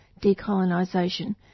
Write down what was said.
Decolonisation